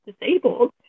disabled